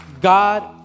God